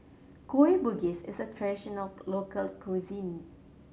Kueh Bugis is a traditional local cuisine